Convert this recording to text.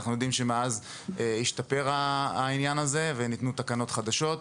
אנחנו יודעים שמאז העניין הזה השתפר וניתנו תקנות חדשות.